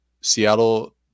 seattle